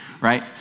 right